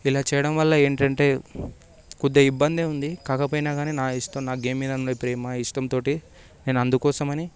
ఇలా చేయడం వల్ల ఏంటంటే కొద్దిగా ఇబ్బందే ఉంది కాకపోయినా కానీ నా ఇష్టం నాకు గేమ్స్ మీద ప్రేమ ఇష్టంతో నేను అందుకోసమని